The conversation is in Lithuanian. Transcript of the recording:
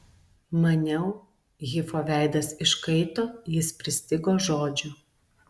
maniau hifo veidas iškaito jis pristigo žodžių